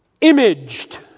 imaged